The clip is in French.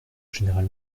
général